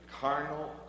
carnal